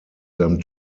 them